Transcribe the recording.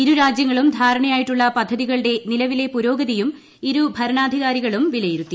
ഇരു രാജ്യങ്ങളും ധാരണയായിട്ടുള്ള പദ്ധതികളുടെ നിലവിലെ പുരോഗതിയും ഇരു ഭരണാധികാരികളും വിലയിരുത്തി